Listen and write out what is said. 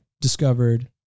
discovered